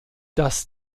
dass